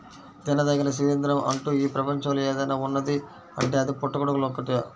తినదగిన శిలీంద్రం అంటూ ఈ ప్రపంచంలో ఏదైనా ఉన్నదీ అంటే అది పుట్టగొడుగులు ఒక్కటే